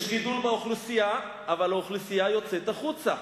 יש גידול באוכלוסייה, אבל האוכלוסייה יוצאת החוצה.